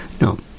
no